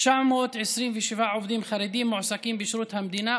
927 עובדים חרדים מועסקים בשירות המדינה,